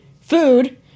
food